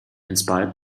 inspired